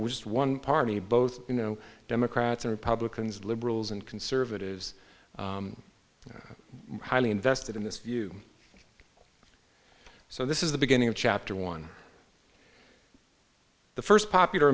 just one party both you know democrats and republicans liberals and conservatives highly invested in this view so this is the beginning of chapter one the first popular